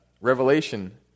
Revelation